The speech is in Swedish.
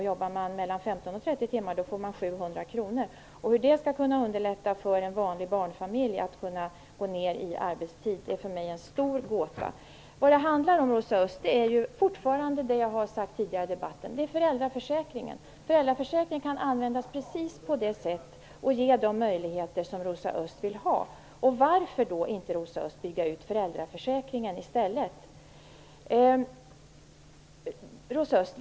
Jobbar man mellan 15 och 30 timmar får man 700 kr. Hur det skall kunna underlätta för en vanlig barnfamilj att gå ned i arbetstid är för mig en stor gåta. Vad det handlar om, Rosa Östh, är fortfarande det jag har sagt tidigare i debatten: föräldraförsäkringen. Föräldraförsäkringen kan användas precis på det sätt och ge de möjligheter som Rosa Östh vill ha. Varför, Rosa Östh, inte bygga ut föräldraförsäkringen i stället?